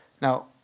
Now